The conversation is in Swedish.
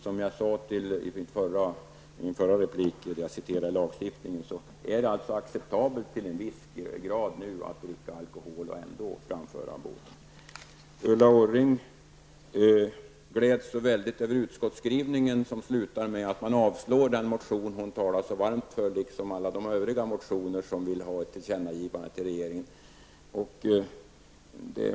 Som jag sade i min förra replik, då jag citerade lagstiftningen, är det nu acceptabelt till en viss grad att dricka alkohol och ändå framföra båt. Ulla Orring gläds så väldigt över utskottsskrivningen som slutar med att man avstyrker den motion hon talar så varmt för, liksom alla de övriga motioner som förordar ett tillkännagivande till regeringen.